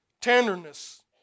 tenderness